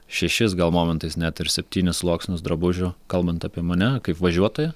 šešis gal momentais net ir septynis sluoksnius drabužių kalbant apie mane kaip važiuotoją